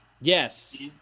Yes